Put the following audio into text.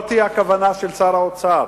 זאת הכוונה של שר האוצר,